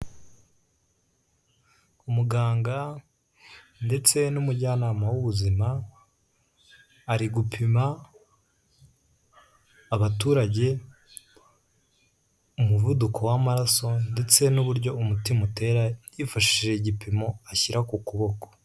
Umuganga ndetse n'umujyanama w'ubuzima ari gupima abaturage umuvuduko w'amaraso, ndetse n'uburyo umutima utera yifashishije igipimo ashyira ku kuboko.